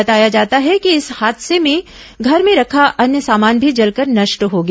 बताया जाता है कि इस हादसे में घर में रखा अन्य सामान भी जलकर नष्ट हो गया